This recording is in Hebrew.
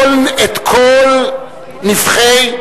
נבכי,